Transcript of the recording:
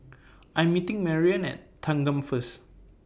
I'm meeting Mariann At Thanggam First